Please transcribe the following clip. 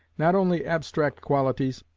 not only abstract qualities,